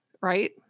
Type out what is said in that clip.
right